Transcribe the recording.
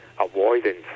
avoidance